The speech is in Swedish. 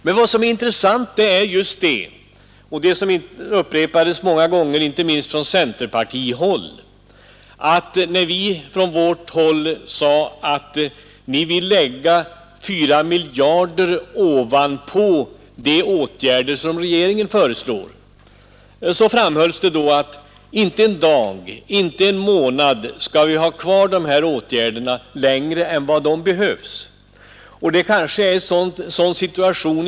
Men vad som är intressant är just — vilket upprepats många gånger inte minst från centerpartihåll — att när vi från vårt håll sade att ni ville lägga 4 miljarder kronor ovanpå regeringens förslag, framhölls det att vi inte skulle ha kvar dessa åtgärder en enda dag, en enda månad längre än vad som behövdes.